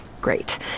Great